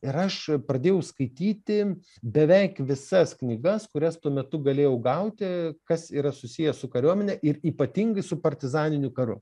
ir aš pradėjau skaityti beveik visas knygas kurias tuo metu galėjau gauti kas yra susiję su kariuomene ir ypatingai su partizaniniu karu